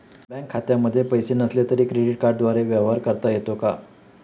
Bank खात्यामध्ये पैसे नसले तरी क्रेडिट कार्डद्वारे व्यवहार करता येतो का?